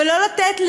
לא לתת,